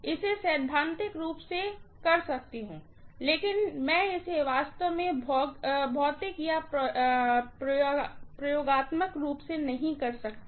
इसे सैद्धांतिक रूप से कर सकती हूं लेकिन मैं इसे वास्तव में भौतिक या प्रयोगात्मक रूप से नहीं कर सकती